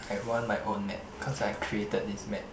I want my own map cause I created this map